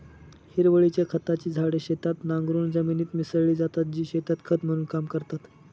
हिरवळीच्या खताची झाडे शेतात नांगरून जमिनीत मिसळली जातात, जी शेतात खत म्हणून काम करतात